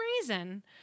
reason